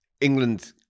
England